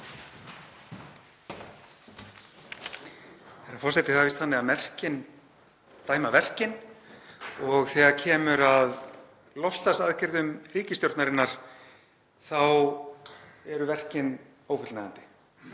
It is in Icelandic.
Herra forseti. Það er víst þannig að merkin dæma verkin og þegar kemur að loftslagsaðgerðum ríkisstjórnarinnar þá eru verkin ófullnægjandi.